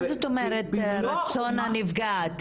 מה זאת אומרת "רצון הנפגעת"?